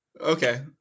Okay